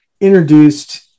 introduced